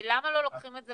למה לא לוקחים את זה